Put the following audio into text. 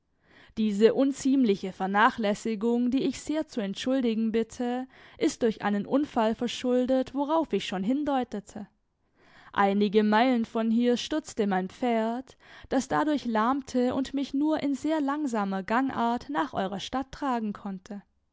diese unziemliche vernachlässigung die ich sehr zu entschuldigen bitte ist durch einen unfall verschuldet worauf ich schon hindeutete einige meilen von hier stürzte mein pferd das dadurch lahmte und mich nur in sehr langsamer gangart nach eurer stadt tragen konnte